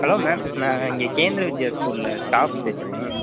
hello ma'am நான் இங்கே கேந்திர வித்யா ஸ்கூலில் ஸ்டாஃப் பேசுகிறேன்